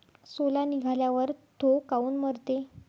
सोला निघाल्यावर थो काऊन मरते?